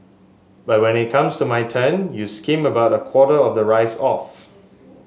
but when it comes to my turn you skim about a quarter of the rice off